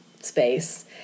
space